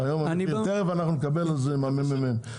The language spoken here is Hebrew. תיכף אנחנו נקבל על זה מהממ"מ,